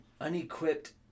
unequipped